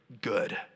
good